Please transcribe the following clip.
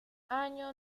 año